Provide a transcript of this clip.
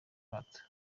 akato